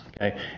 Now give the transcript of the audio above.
okay